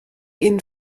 ihnen